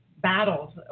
battles